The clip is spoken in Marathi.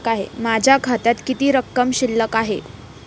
माझ्या खात्यात किती रक्कम शिल्लक आहे?